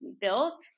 bills